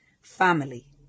family